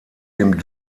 dem